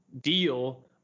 deal